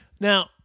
Now